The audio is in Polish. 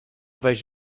wejść